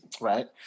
right